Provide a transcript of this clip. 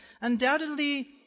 undoubtedly